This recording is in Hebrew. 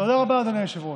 תודה רבה, אדוני היושב-ראש.